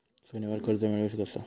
सोन्यावर कर्ज मिळवू कसा?